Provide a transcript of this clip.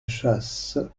chasse